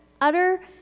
utter